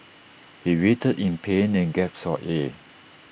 he writhed in pain and gasped for air